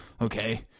Okay